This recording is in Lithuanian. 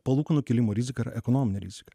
palūkanų kilimo riziką ir ekonominę riziką